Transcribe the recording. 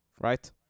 right